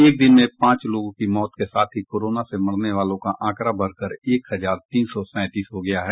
एक दिन में पांच लोगों की मौत के साथ ही कोरोना से मरने वालों का आंकड़ा बढ़कर एक हजार तीन सौ सैंतीस हो गया है